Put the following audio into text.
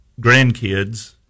grandkids